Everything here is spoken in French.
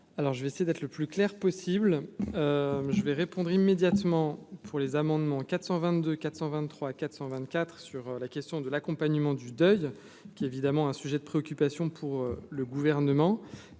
je vais essayer d'être le plus clair possible mais je vais répondre immédiatement pour les amendements 422 423 424 sur la question de l'accompagnement du deuil qui évidemment un sujet de préoccupation pour le gouvernement